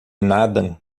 nadam